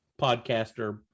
podcaster